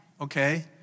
okay